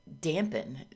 dampen